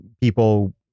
people